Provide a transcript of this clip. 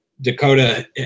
Dakota